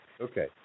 Okay